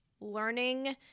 learning